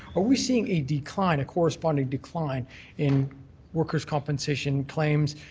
are we seeing a decline a corresponding decline in workers compensation flames,